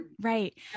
Right